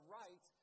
right